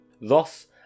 Thus